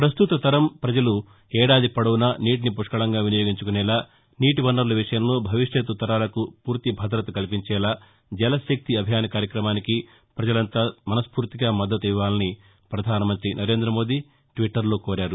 ప్రస్తుత తరం పజలు ఏడాది పొడవునా నీటిని పుష్కళంగా వినియోగించుకునేలా నీటి వనరుల విషయంలో భవిష్యత్ తరాలకు పూర్తి భదత కల్పించేలా జలశక్తి అభియాన్ కార్యక్రమానికి పజలంతా మనస్పూర్తిగా మద్దతు ఇవ్వాలని పధాన మంతి నరేంద మోదీ ట్విట్టర్లో కోరారు